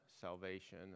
salvation